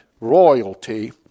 royalty